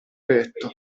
petto